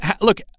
Look